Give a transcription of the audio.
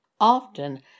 often